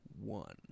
one